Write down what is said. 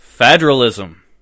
federalism